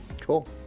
Cool